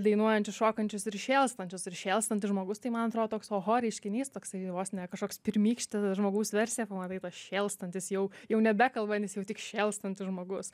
dainuojančius šokančius ir šėlstančius ir šėlstantis žmogus tai man atrodo toks oho reiškinys toksai vos ne kažkoks pirmykštė žmogaus versija pamatai tas šėlstantis jau jau nebekalbantis jau tik šėlstantis žmogus